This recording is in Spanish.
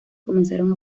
comenzaron